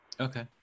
Okay